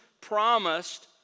promised